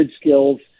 skills